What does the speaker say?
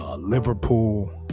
Liverpool